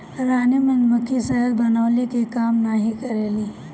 रानी मधुमक्खी शहद बनावे के काम नाही करेले